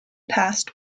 passed